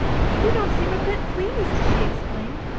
you don't seem a bit pleased! she exclaimed.